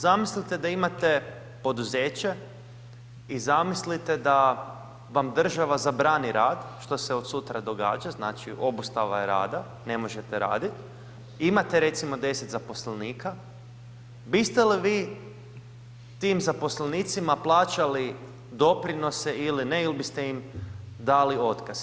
Zamislite da imate poduzeće i zamislite da vam država zabrani rad, što se od sutra događa, znači obustava je rada ne možete raditi, imate recimo 10 zaposlenika, biste li vi tim zaposlenicima plaćali doprinose ili ne ili biste im dali otkaz?